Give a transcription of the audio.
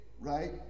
right